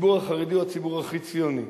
הציבור החרדי הוא הציבור הכי ציוני.